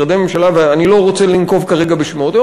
ואני לא רוצה לנקוב כרגע בשמות,